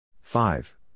Five